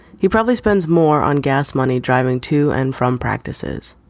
he probably spends more on gas money driving to and from practices.